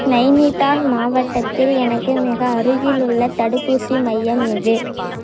நைனிட்டால் மாவட்டத்தில் எனக்கு மிக அருகிலுள்ள தடுப்பூசி மையம் எது